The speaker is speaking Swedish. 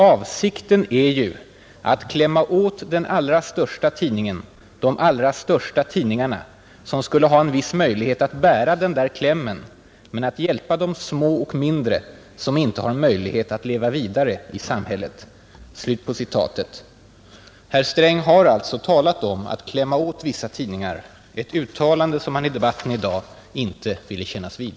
Avsikten är ju att klämma åt den allra största tidningen, de allra största tidningarna, som skulle ha en viss möjlighet att bära den där klämmen men att hjälpa de små och mindre som inte har möjlighet att leva vidare i samhället.” Herr Sträng har alltså talat om att ”klämma åt” vissa tidningar, ett uttalande som han i debatten tidigare i dag inte ville kännas vid.